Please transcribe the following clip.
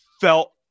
felt